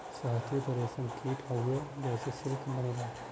शहतूत रेशम कीट हउवे जेसे सिल्क बनेला